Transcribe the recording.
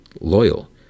loyal